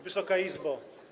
Wysoka Izbo!